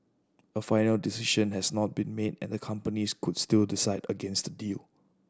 a final decision has not been made and the companies could still decide against a deal